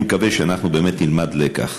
אני מקווה שאנחנו באמת נלמד לקח.